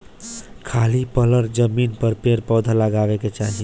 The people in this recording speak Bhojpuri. खाली पड़ल जमीन पर पेड़ पौधा लगावे के चाही